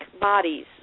bodies